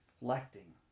reflecting